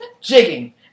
jigging